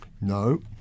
No